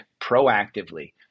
proactively